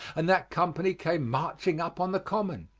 and that company came marching up on the common.